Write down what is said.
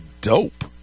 dope